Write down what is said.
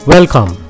Welcome